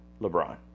LeBron